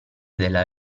della